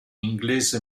inglese